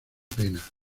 pena